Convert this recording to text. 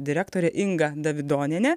direktorė inga davidonienė